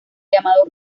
llamado